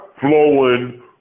flowing